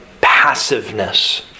passiveness